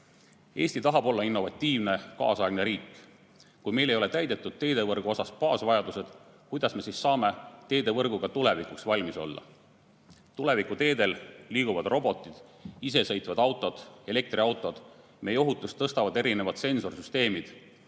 tahab olla innovatiivne kaasaegne riik. Kui meil ei ole täidetud teevõrgu baasvajadused, kuidas me siis saame teevõrguga tulevikuks valmis olla? Tulevikuteedel liiguvad robotid, isesõitvad autod, elektriautod, meie ohutust parandavad erinevad sensorsüsteemid.